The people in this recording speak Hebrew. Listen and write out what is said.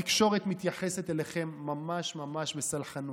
התקשורת מתייחסת אליכם ממש ממש בסלחנות.